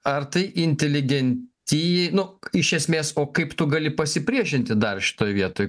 ar tai inteligentijai nu iš esmės o kaip tu gali pasipriešinti dar šitoj vietoj